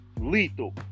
lethal